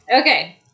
Okay